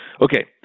Okay